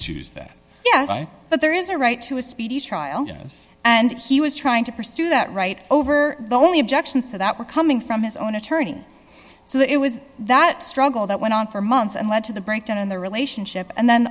i but there is a right to a speedy trial yes and he was trying to pursue that right over the only objection so that were coming from his own attorney so it was that struggle that went on for months and led to the breakdown in the relationship and then